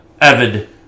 avid